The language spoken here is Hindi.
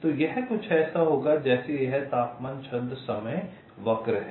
तो यह कुछ ऐसा होगा जैसे यह तापमान छंद समय वक्र है